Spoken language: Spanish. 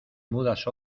mudas